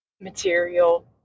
material